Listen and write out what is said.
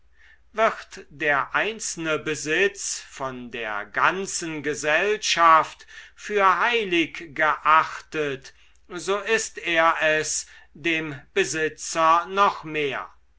wird der einzelne besitz von der ganzen gesellschaft für heilig geachtet so ist er es dem besitzer noch mehr